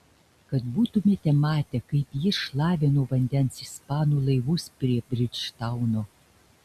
kad būtumėte matę kaip jis šlavė nuo vandens ispanų laivus prie bridžtauno